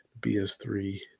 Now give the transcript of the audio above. BS3